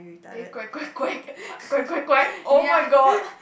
eh quack quack quack quack quack quack oh-my-god